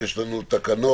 יש לנו תקנות,